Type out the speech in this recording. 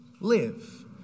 live